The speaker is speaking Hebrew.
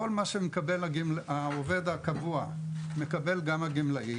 כל מה שמקבל העובד הקבוע מקבל גם המלאי